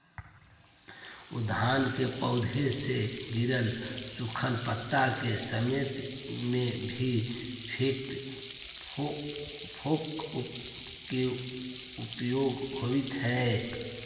उद्यान के पौधा से गिरल सूखल पता के समेटे में भी हेइ फोक के उपयोग होवऽ हई